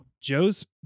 Joe's